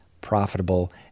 profitable